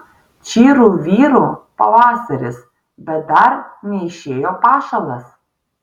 čyru vyru pavasaris bet dar neišėjo pašalas